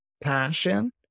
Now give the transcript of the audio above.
passion